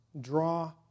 draw